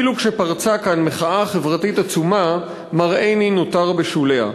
אפילו כשפרצה כאן מחאה חברתית עצומה מר עיני נותר בשוליה.